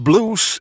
Blues